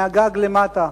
מהגג למטה.